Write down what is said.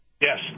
Yes